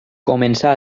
començà